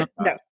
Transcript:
No